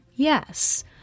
Yes